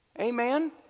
amen